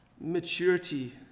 Maturity